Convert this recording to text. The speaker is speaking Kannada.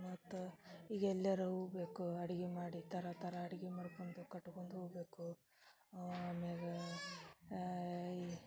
ಮತ್ತು ಈಗ ಎಲ್ಯಾರ ಹೋಗಬೇಕು ಅಡಿಗೆ ಮಾಡಿ ಥರ ಥರ ಅಡ್ಗೆ ಮಾಡ್ಕೊಂದು ಕಟ್ಕೊಂದು ಹೋಗಬೇಕು ಅಮ್ಯಾಗ ಈ